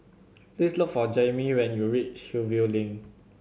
please look for Jaimee when you reach Hillview Link